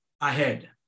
ahead